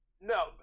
No